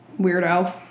weirdo